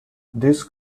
this